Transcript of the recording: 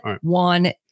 one